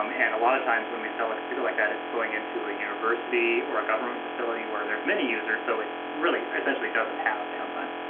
um and a lot of times when we sell a computer like that, it's going into a university or a government facility where there's many users so it really essentially doesn't have downtime.